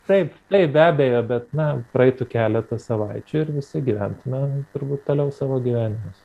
taip taip be abejo bet na praeitų keletas savaičių ir visi gyventume turbūt toliau savo gyvenimus